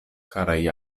karaj